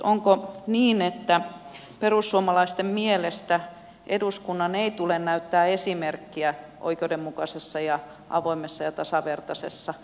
onko niin että perussuomalaisten mielestä eduskunnan ei tule näyttää esimerkkiä oikeudenmukaisessa ja avoimessa ja tasavertaisessa työyhteisössä